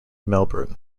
melbourne